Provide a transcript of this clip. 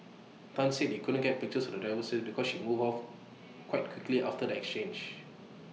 Tan said they couldn't get pictures of the driver's face because she moved off quite quickly after the exchange